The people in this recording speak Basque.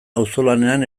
auzolanean